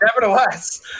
nevertheless